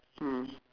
mm